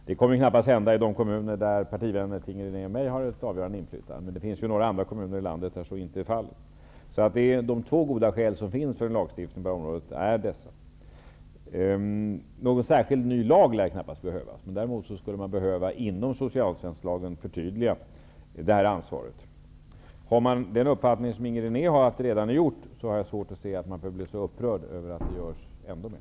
Det kommer knappast att hända i kommuner där partivänner till Inger René och mig har ett avgörande inflytande, men det finns ju kommuner i landet där så inte är fallet. De två goda skäl som finns för en lagstiftning på det här området är dessa. Någon särskild ny lag lär knappast behövas. Däremot skulle man inom socialtjänstlagen behöva förtydliga det här ansvaret. Har man den uppfattning som Inger René har, att detta redan är gjort, har jag svårt att se att man behöver bli så upprörd över att det görs ännu mer.